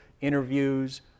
interviews